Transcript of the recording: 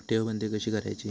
ठेव बंद कशी करायची?